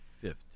fifth